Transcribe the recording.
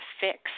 fix